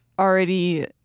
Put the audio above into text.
already